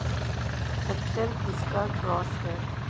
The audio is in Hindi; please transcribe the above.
खच्चर किसका क्रास है?